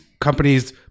companies